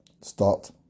start